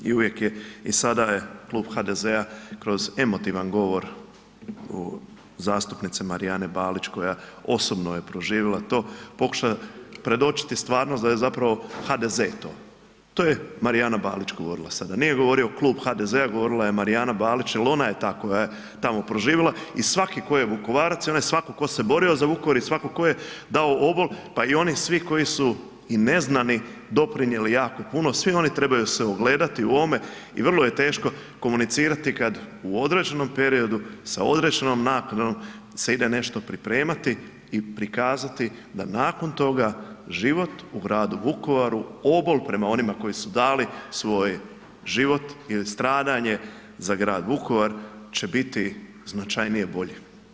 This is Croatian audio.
I uvijek je i sada je Klub HDZ-a kroz emotivan govor zastupnice Marijane Balić koja osobno je proživjela to pokuša predočiti stvarnost da je zapravo HDZ to, to je Marijana Balić govorila sada, nije govorio Klub HDZ-a govorila je Marijana Balić jer ona je ta koja je tamo proživjela i svaki tko je Vukovarac i onaj svako ko se borio za Vukovar i svako ko dao obol pa i oni svi koji su i neznani doprinijeli jako puno, svi oni trebaju se ogledati u ovome i vrlo je teško komunicirati kad u određenom periodu, sa određenom nakanom se ide nešto pripremati i prikazati da nakon toga život u gradu Vukovaru, obol prema onima koji su dali svoj život ili stradanje za grad Vukovar će biti značajnije i bolje.